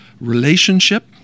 relationship